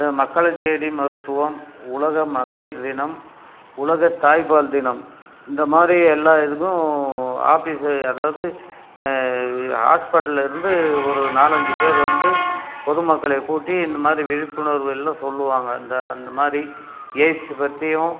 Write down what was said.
இந்த மக்களை தேடி மருத்துவம் உலக மகளிர் தினம் உலக தாய்ப்பால் தினம் இந்த மாதிரி எல்லா இதுக்கும் ஆஃபிஸு அதாவது ஹாஸ்பிட்டலேருந்து ஒரு நாலஞ்சு பேர் வந்து பொது மக்களை கூட்டி இந்த மாதிரி விழிப்புணர்வு எல்லாம் சொல்லுவாங்க இந்த அந்த மாதிரி எய்ட்ஸ் பற்றியும்